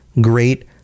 great